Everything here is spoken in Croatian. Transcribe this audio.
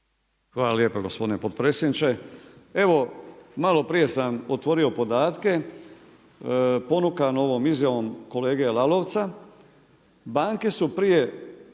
Hvala lijepa gospodine potpredsjedniče. Evo, malo prije sam otvorio podatke ponukan ovom izjavom kolege Lalovca,